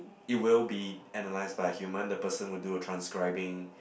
it will be analysed by a human the person would do a transcribing